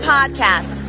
Podcast